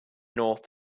north